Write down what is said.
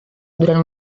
durant